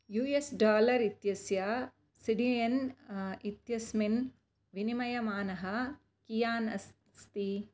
U S dollar इत्यस्य सिडियन् इत्यस्मिन् विनिमयमानः कियान् अस्ति